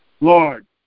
Lord